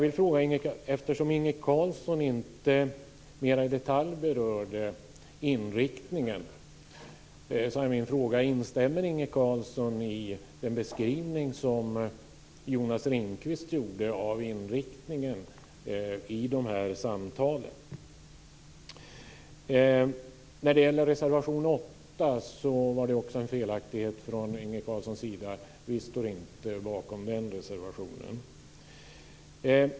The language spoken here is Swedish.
Eftersom Inge Carlsson inte mer i detalj berörde inriktningen är min fråga: Instämmer Inge Carlsson i den beskrivning som Jonas Ringqvist gjorde av inriktningen i de här samtalen? När det gäller reservation 8 var det en felaktighet från Inge Carlssons sida: Vi står inte bakom den reservationen.